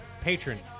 patron